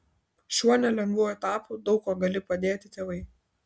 šiuo nelengvu etapu daug kuo gali padėti tėvai